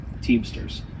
Teamsters